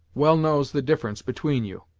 well knows the difference between you.